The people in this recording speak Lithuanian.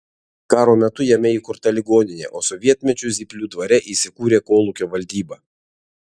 karo metu jame įkurta ligoninė o sovietmečiu zyplių dvare įsikūrė kolūkio valdyba